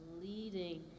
leading